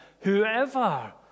whoever